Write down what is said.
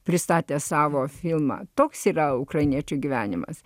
pristatę savo filmą toks yra ukrainiečių gyvenimas